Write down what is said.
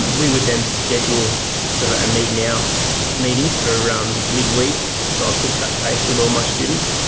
we would then schedule sort of a meet now meeting for um mid-week, so i could touch base with all my students,